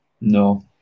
no